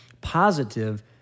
positive